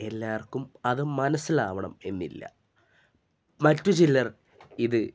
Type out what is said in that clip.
എല്ലാവർക്കും അതു മനസ്സിലാകണം എന്നില്ല മറ്റു ചിലർ ഇത്